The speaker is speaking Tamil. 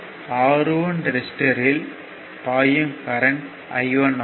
R1 ரெசிஸ்டர்யில் பாயும் கரண்ட் I1 ஆகும்